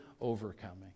overcoming